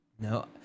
No